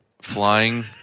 Flying